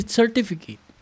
certificate